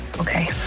Okay